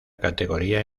categoría